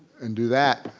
and do that,